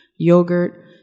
yogurt